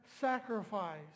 sacrifice